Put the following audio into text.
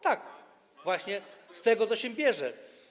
Tak, właśnie z tego to się bierze.